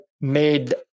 made